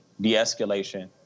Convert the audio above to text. de-escalation